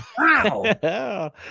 Wow